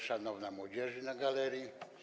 Szanowna Młodzieży na galerii!